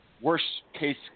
worst-case